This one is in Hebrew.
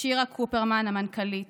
לשירה קופרמן המנכ"לית,